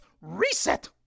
Reset